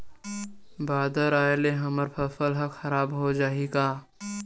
बादर आय ले हमर फसल ह खराब हो जाहि का?